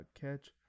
catch